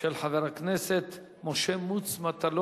של חבר הכנסת משה מטלון.